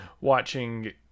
watching